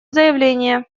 заявление